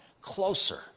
closer